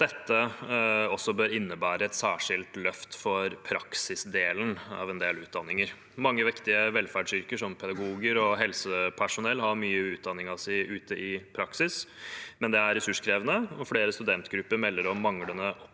også bør innebære et særskilt løft for praksisdelen av en del utdanninger. Mange viktige velferdsyrker, som pedagoger og helsepersonell, har mye av utdanningen sin ute i praksis. Det er ressurskrevende, og flere studentgrupper melder om manglende oppfølging